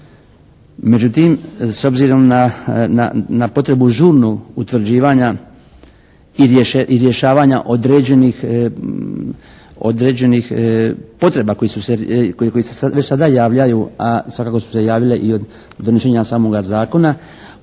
Međutim, s obzirom na potrebu žurnu utvrđivanja i rješavanja određenih potreba koji se već sada javljaju, a svakako su se javile i od donošenja samoga zakona